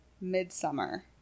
Midsummer